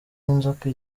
inzoka